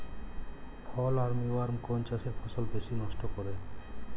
ফল armyworm কোন চাষের ফসল বেশি নষ্ট করে?